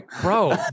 bro